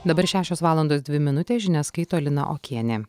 dabar šešios valandos dvi minutės žinias skaito lina okienė